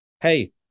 Hey